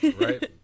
right